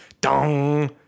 Dong